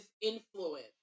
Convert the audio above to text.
influence